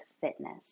fitness